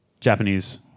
Japanese